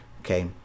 okay